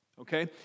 okay